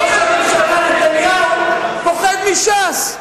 ראש הממשלה נתניהו פוחד מש"ס.